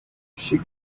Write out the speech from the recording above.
she